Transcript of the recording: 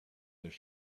their